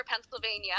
Pennsylvania